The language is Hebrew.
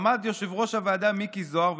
עמד יושב-ראש הוועדה מיקי זוהר,